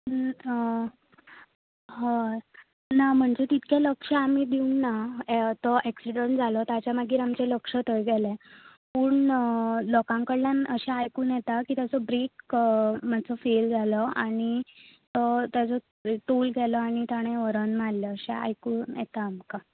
हय ना म्हणजे तितके आमी लक्ष्य दिवना तो एक्सिडंट जालो ताच्या मागीर आमचे लक्ष्य थंय गेले पूण लोकां कडल्यान अशे आयकून येता की ताचो ब्रेक मातसो फेल जालो आनी ताजो तोल गेलो आनी ताणे व्होरन मारल्ले अशे आयकूंक येता आमकां